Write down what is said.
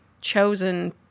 chosen